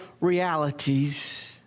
realities